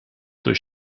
durch